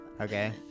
Okay